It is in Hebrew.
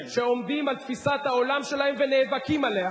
שעומדים על תפיסת העולם שלהם ונאבקים עליה,